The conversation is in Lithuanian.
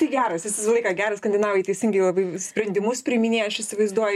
tai geras jis visą laiką geras skandinavai teisingai labai sprendimus priiminėja aš įsivaizduoju